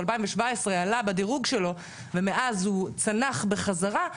2017 עלה בדירוג שלו ומאז הוא צנח בחזרה,